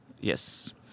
Yes